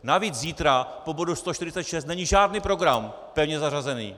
Navíc zítra po bodu 146 není žádný program pevně zařazený.